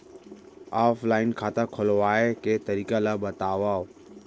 Offline खाता खोलवाय के तरीका ल बतावव?